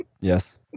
yes